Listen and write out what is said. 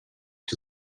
que